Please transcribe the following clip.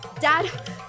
Dad